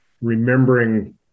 remembering